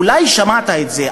אולי שמעת את זה,